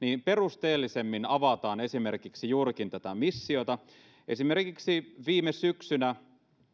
perusteellisemmin avataan esimerkiksi juurikin tätä missiota esimerkiksi viime syksynä